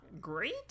great